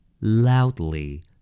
Loudly